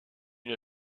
une